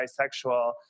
bisexual